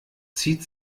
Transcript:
zieht